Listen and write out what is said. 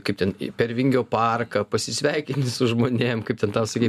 kaip ten per vingio parką pasisveikini su žmonėm kaip ten tau sakei